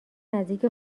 نزدیک